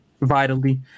vitally